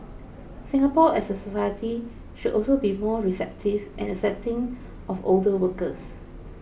Singapore as a society should also be more receptive and accepting of older workers